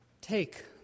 Take